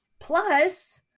Plus